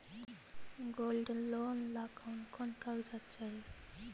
Gold loan ला कौन कौन कागजात चाही?